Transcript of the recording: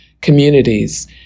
communities